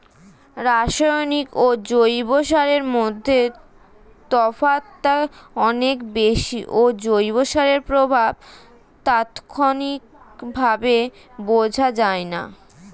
রাসায়নিক ও জৈব সারের মধ্যে তফাৎটা অনেক বেশি ও জৈব সারের প্রভাব তাৎক্ষণিকভাবে বোঝা যায়না